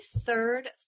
third